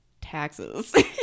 taxes